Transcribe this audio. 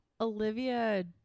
olivia